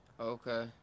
Okay